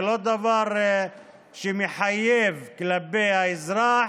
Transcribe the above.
זה לא דבר מחייב כלפי האזרח.